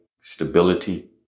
stability